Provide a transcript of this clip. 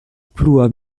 plua